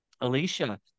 Alicia